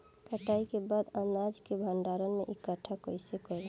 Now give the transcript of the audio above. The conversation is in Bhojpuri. कटाई के बाद अनाज के भंडारण में इकठ्ठा कइसे करी?